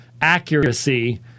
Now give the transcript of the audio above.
accuracy